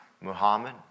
Muhammad